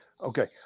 okay